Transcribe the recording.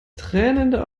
tränende